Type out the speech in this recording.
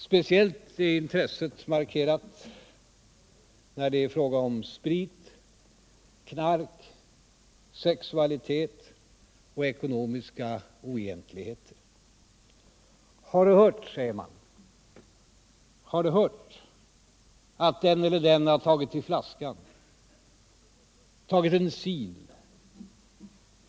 Speciellt markerat är intresset när det är fråga om sprit, knark, sexualitet och ekonomiska ocgentligheter. ”Har du hört?” säger man. ”Har du hörn att den elter den har tagit till flaskan, tagit en sil.